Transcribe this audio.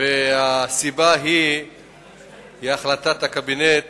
והסיבה היא החלטת הקבינט